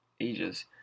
ages